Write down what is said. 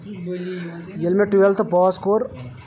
ییٚلہِ مےٚ ٹُوَٮ۪لتھٕ پاس کوٚر